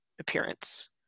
appearance